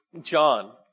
John